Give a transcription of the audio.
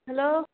hello